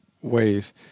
ways